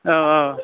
औ औ